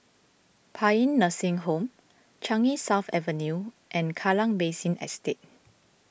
Paean Nursing Home Changi South Avenue and Kallang Basin Estate